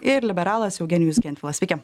ir liberalas eugenijus gentvilas sveiki